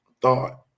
Thought